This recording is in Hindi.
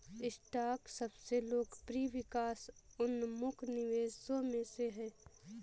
स्टॉक सबसे लोकप्रिय विकास उन्मुख निवेशों में से है